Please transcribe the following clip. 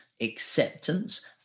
acceptance